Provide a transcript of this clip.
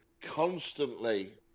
constantly